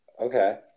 Okay